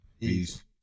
Peace